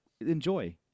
enjoy